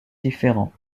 différents